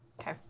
Okay